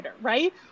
right